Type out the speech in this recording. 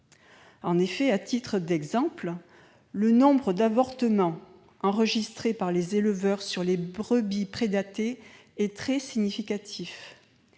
En effet, à titre d'exemple, le nombre d'avortements enregistrés par les éleveurs sur les brebis prédatées est très significatif.